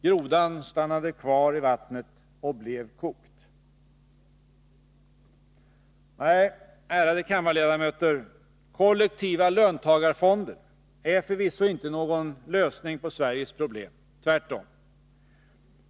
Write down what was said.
Grodan stannade kvar i vattnet och blev kokt.” Nej, ärade kammarledamöter, kollektiva löntagarfonder är förvisso inte någon lösning på Sveriges problem — tvärtom.